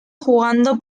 jugando